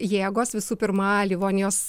jėgos visų pirma livonijos